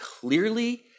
clearly